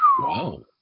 Wow